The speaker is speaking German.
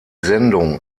sendung